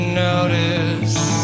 notice